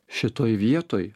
šitoj vietoj